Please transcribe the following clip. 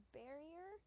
barrier